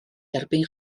erbyn